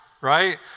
right